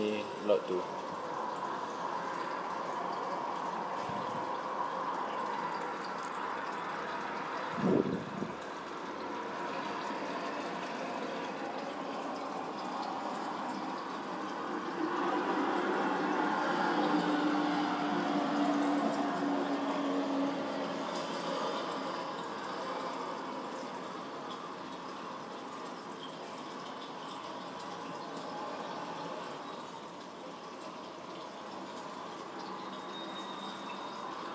a lot too